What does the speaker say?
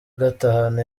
gatanu